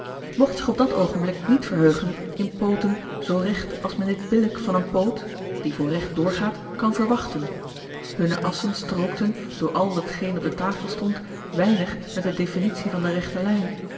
mogt zich op dat oogenblik niet verheugen in pooten zoo regt als men dit billijk van een poot die voor regt doorgaat kan verwachten hunne assen strookten door al hetgeen op de tafel stond weinig met de definitie van de regte lijn